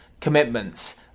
commitments